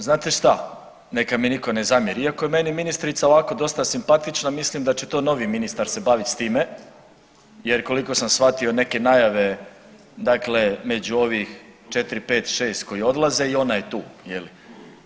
Znate šta, neka mi niko ne zamjeri, iako je meni ministrica ovako dosta simpatična mislim da će to novi ministar se bavit s time jer koliko sam shvatio neke najave dakle među ovih 4, 5, 6 koji odlaze i ona je tu je li.